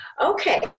okay